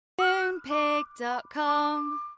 Moonpig.com